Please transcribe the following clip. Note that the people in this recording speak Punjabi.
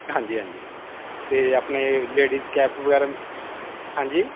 ਹਾਂਜੀ ਹਾਂਜੀ ਅਤੇ ਆਪਣੇ ਲੇਡੀਜ਼ ਕੈਪ ਵਗੈਰਾ ਹਾਂਜੀ